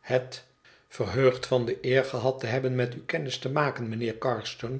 het verheugd van de eer gehad te hebben met u kennis te maken mijnheer carstone